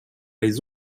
les